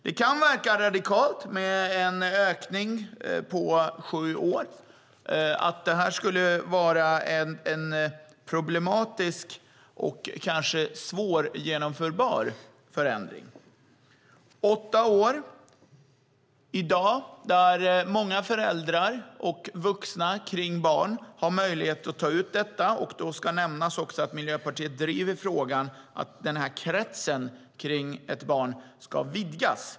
Det kan verka radikalt med en ökning på sju år och kännas som en problematisk och kanske svårgenomförbar förändring. Det är i dag åtta år där många föräldrar och vuxna kring barn har möjlighet att ta ut detta. Då ska nämnas att Miljöpartiet driver frågan att kretsen kring ett barn ska vidgas.